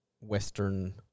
Western